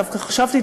דווקא חשבתי,